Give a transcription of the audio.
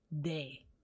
day